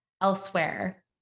elsewhere